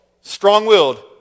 Strong-willed